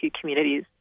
communities